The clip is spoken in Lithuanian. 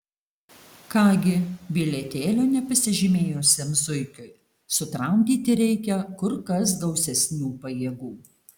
ką gi bilietėlio nepasižymėjusiam zuikiui sutramdyti reikia kur kas gausesnių pajėgų